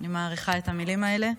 אני מעריכה את המילים האלה.